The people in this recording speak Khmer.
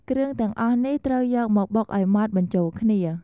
គ្រឿងទាំងអស់នេះត្រូវយកមកបុកឱ្យម៉ត់បញ្ចូលគ្នា។